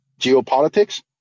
geopolitics